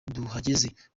duhagaze